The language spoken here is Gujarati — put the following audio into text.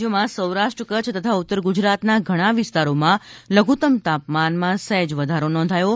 રાજ્યમાં સૌરાષ્ટ્ર કચ્છ તથા ઉત્તર ગુજરાતના ઘણાં વિસ્તારોમાં લધુત્તમ તાપમાન સહેજ વધારો નોંધાયો છે